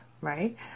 right